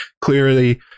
clearly